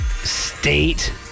state